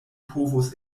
povos